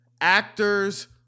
actors